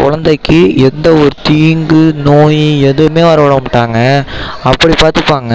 கொழந்தைக்கு எந்த ஒரு தீங்கு நோய் எதுவுமே வர விடமாட்டாங்க அப்படி பார்த்துப்பாங்க